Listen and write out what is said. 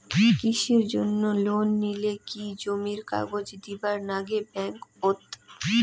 কৃষির জন্যে লোন নিলে কি জমির কাগজ দিবার নাগে ব্যাংক ওত?